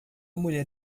mulher